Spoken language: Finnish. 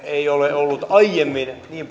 ei ole ollut aiemmin niin